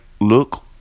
look